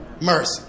Mercy